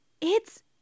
It's